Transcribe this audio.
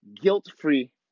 guilt-free